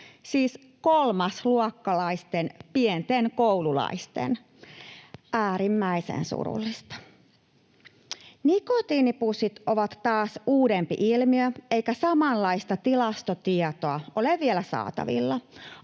siis kolmasluokkaisten pienten koululaisten! Äärimmäisen surullista. Nikotiinipussit taas ovat uudempi ilmiö, eikä samanlaista tilastotietoa ole vielä saatavilla.